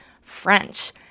french